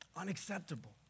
Unacceptable